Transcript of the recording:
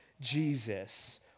Jesus